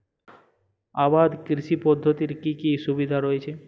আবাদ কৃষি পদ্ধতির কি কি সুবিধা রয়েছে?